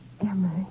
Emily